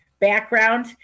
background